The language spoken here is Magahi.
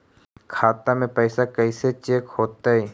खाता में पैसा कैसे चेक हो तै?